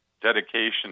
dedication